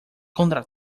contra